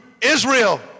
Israel